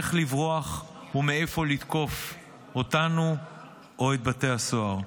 איך לברוח ומאיפה לתקוף אותנו או את בתי הסוהר.